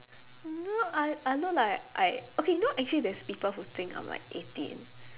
n~ I I look like I okay you know actually there's people who think I'm like eighteen